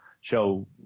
show